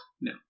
No